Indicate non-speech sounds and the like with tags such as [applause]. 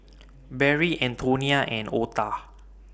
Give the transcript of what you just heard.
[noise] Barrie Antonia and Ota